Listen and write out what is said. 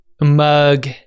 Mug